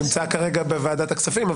הוא נמצא כרגע בוועדת הכספים.